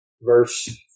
verse